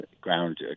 ground